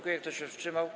Kto się wstrzymał?